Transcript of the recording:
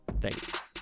thanks